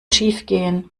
schiefgehen